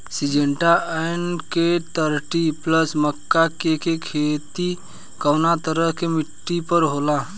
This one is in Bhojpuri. सिंजेंटा एन.के थर्टी प्लस मक्का के के खेती कवना तरह के मिट्टी पर होला?